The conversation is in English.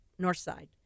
Northside